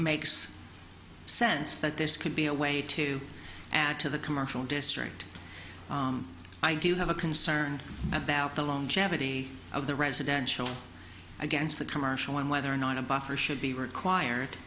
makes sense that this could be a way to add to the commercial district i do have a concerned about the longevity of the residential against the commercial and whether or not a buffer should be required